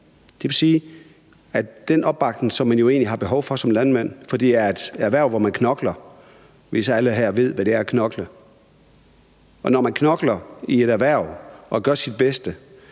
det ikke skaber den opbakning, man jo egentlig har behov for som landmand. For det er et erhverv, hvor man knokler – hvis alle her ved, hvad det er at knokle – og når man knokler i et erhverv og gør sit bedste,